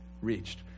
Reached